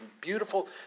beautiful